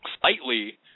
slightly